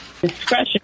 discretion